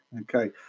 Okay